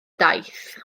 daith